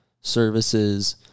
services